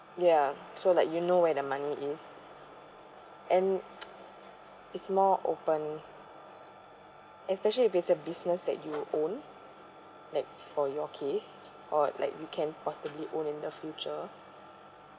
ya so like you know where the money is and it's more open especially if it's a business that you own like for your case or like you can possibly own in the future